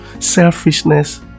Selfishness